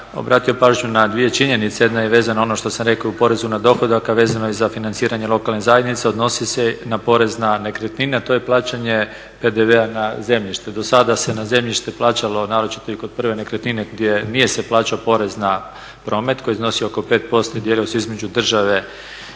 obratio pažnju na dvije činjenice. Jedna je vezana na ono što sam rekao u porezu na dohodak, a vezano je za financiranje lokalne zajednice odnosi se na porez na nekretnine, a to je plaćanje PDV-a na zemljište. Do sada se na zemljište plaćalo, naročito i kod prve nekretnine gdje nije se plaćao porez na promet koji iznosi oko 5% i dijelio se između države